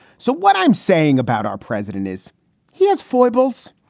so what i'm saying about our president is he has foibles.